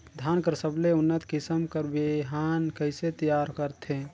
धान कर सबले उन्नत किसम कर बिहान कइसे तियार करथे?